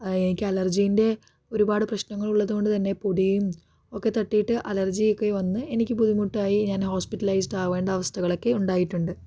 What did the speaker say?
എനിക്ക് അല്ലർജീൻ്റെ ഒരുപാട് പ്രശ്നങ്ങൾ ഉള്ളത് കൊണ്ട് തന്നെ പൊടിയും ഒക്കെ തട്ടിയിട്ട് അല്ലർജിയൊക്കെ വന്ന് എനിക്ക് ബുദ്ധിമുട്ടായി ഞാൻ ഹോസ്പിറ്റലൈസ്ഡ് ആവേണ്ട അവസ്ഥകളൊക്കെ ഉണ്ടായിട്ടുണ്ട്